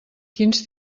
quins